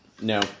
No